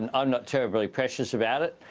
and i'm not terribly precious about it,